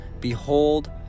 Behold